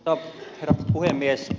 arvoisa herra puhemies